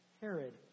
Herod